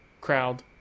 crowd